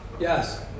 Yes